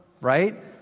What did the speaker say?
right